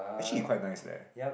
actually he quite nice leh